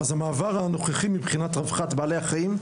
המעבר הנוכחי נראה לי ברור מבחינת רווחת בעלי החיים.